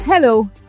Hello